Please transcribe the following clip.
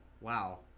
wow